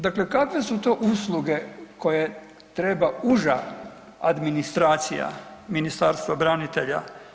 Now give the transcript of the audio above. Dakle, kakve su to usluge koje treba uža administracija, Ministarstvo branitelja?